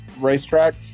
racetrack